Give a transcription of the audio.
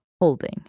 holding